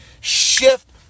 Shift